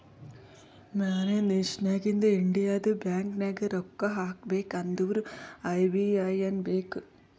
ಬ್ಯಾರೆ ದೇಶನಾಗಿಂದ್ ಇಂಡಿಯದು ಬ್ಯಾಂಕ್ ನಾಗ್ ರೊಕ್ಕಾ ಹಾಕಬೇಕ್ ಅಂದುರ್ ಐ.ಬಿ.ಎ.ಎನ್ ಬೇಕ್